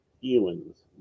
feelings